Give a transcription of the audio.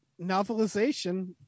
novelization